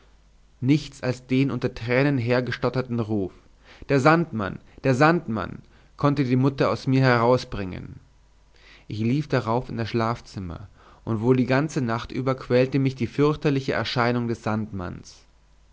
nichts als den unter tränen hergestotterten ruf der sandmann der sandmann konnte die mutter aus mir herausbringen ich lief darauf in das schlafzimmer und wohl die ganze nacht über quälte mich die fürchterliche erscheinung des sandmanns